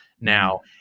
now